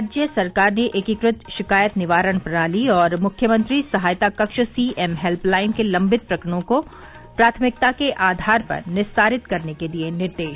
राज्य सरकार ने एकीकृत शिकायत निवारण प्रणाली और मुख्यमंत्री सहायता कक्ष सीएम हेल्य लाइन के लम्बित प्रकरणों को प्राथमिकता के आधार पर निस्तारित करने के दिये निर्देश